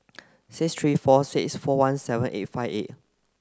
six three four six four one seven eight five eight